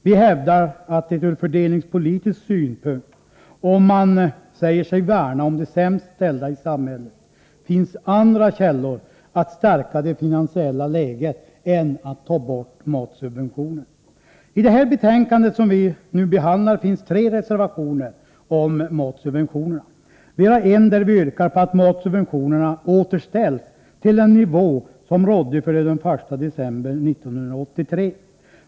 Vi hävdar att det ur fördelningspolitisk synpunkt — om man säger sig värna om de sämst ställda i samhället — finns andra källor att stärka det finansiella läget än att ta bort matsubventioner. Till det betänkande som vi nu behandlar har fogats tre reservationer om matsubventionerna. Vi har en där vi yrkar på att matsubventionerna återställs till den nivå som rådde före den 1 december 1983.